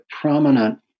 prominent